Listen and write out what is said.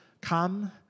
Come